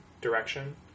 direction